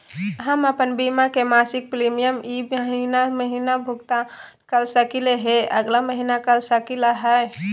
हम अप्पन बीमा के मासिक प्रीमियम ई महीना महिना भुगतान कर सकली हे, अगला महीना कर सकली हई?